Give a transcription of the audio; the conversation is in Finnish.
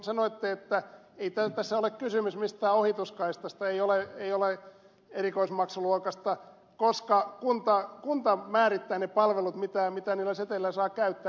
sanoitte että ei tässä ole kysymys mistään ohituskaistasta erikoismaksuluokasta koska kunta määrittää ne palvelut mitä niillä seteleillä saa käyttää